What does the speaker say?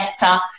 better